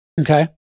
Okay